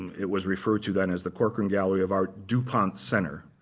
it was referred to then as the corcoran gallery of art, dupont center,